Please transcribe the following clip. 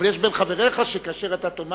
אבל יש בין חבריך שכאשר אתה תאמר